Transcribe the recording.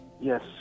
Yes